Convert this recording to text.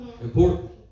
important